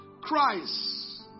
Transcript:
Christ